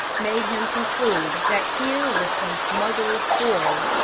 made him conclude that here was some smuggler's quarrel.